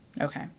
Okay